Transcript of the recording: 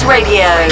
Radio